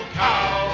cow